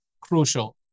crucial